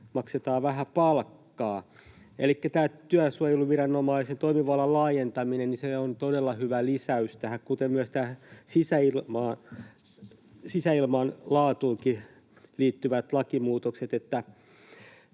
maksetaan vähän palkkaa. Elikkä tämä työsuojeluviranomaisen toimivallan laajentaminen on todella hyvä lisäys tähän, kuten myös nämä sisäilman laatuunkin liittyvät lakimuutokset.